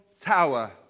tower